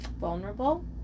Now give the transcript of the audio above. vulnerable